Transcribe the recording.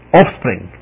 offspring